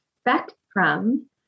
spectrum